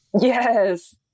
Yes